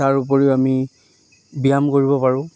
তাৰ উপৰিও আমি ব্যায়াম কৰিব পাৰোঁ